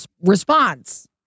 response